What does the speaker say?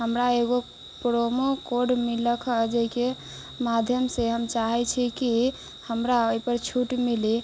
हमरा एगो promo code मिललक हऽ जाहिके माध्यमसँ हम चाहै छी कि हमरा ओहिपर छूट मिलै